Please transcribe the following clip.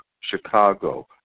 Chicago